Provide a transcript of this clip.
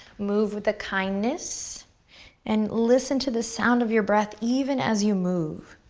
move with a kindness and listen to the sound of your breath even as you move.